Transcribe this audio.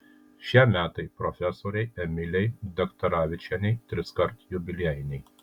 šie metai profesorei emilijai daktaravičienei triskart jubiliejiniai